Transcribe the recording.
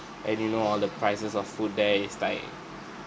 and you know all the prices of food there is like